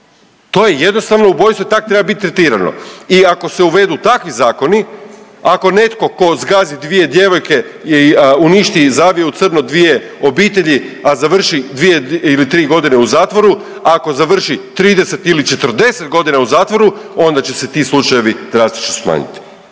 to je jednostavno ubojstvo i tak treba biti tretirano. I ako se uvedu takvi zakoni, ako netko tko zgazi 2 djevojke i uništi i zavije u crno dvije obitelji, a završi 2 ili 3 godine u zatvoru ako završi 30 ili 40 godina u zatvoru onda će se ti slučajevi drastično smanjiti.